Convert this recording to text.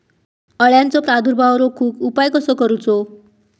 अळ्यांचो प्रादुर्भाव रोखुक उपाय कसो करूचो?